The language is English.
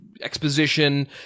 exposition